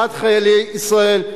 בעד חיילי ישראל,